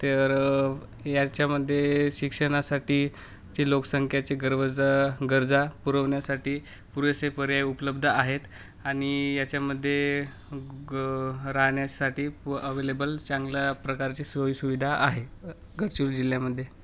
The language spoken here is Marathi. तर याच्यामध्ये शिक्षणासाठी जी लोकसंख्याचे गर्व गरजा पुरवण्यासाठी पुरेसे पर्याय उपलब्ध आहेत आणि याच्यामध्ये ग राहण्यासाठी प अव्हेलेबल चांगल्या प्रकारची सोय सुविधा आहे घडचिर जिल्ह्यामध्ये